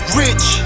rich